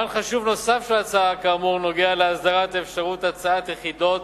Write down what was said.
פן חשוב נוסף של ההצעה כאמור נוגע להסדרת אפשרות הצעת יחידות